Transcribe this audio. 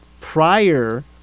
prior